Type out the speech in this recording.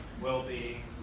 well-being